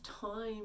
time